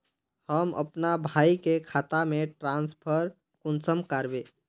हम अपना भाई के खाता में ट्रांसफर कुंसम कारबे?